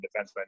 defenseman